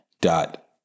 dot